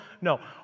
No